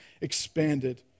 expanded